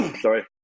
sorry